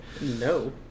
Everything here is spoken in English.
No